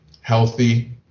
healthy